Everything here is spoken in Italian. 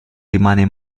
rimane